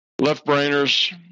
Left-brainers